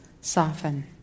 soften